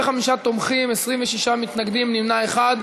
45 תומכים, 26 מתנגדים, נמנע אחד.